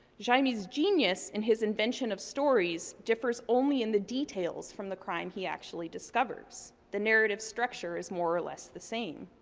jaime's genius, and his invention of stories, differs only in the details from the crime he actually discovers. the narrative structure is more or less the same.